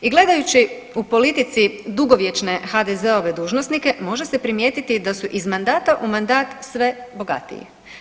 I gledajući u politici dugovječne HDZ-ove dužnosnike može se primijetiti da su iz mandata u mandat sve bogatiji.